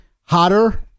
hotter